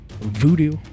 voodoo